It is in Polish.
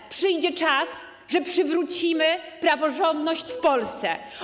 Ale przyjdzie czas, że przywrócimy praworządność w Polsce.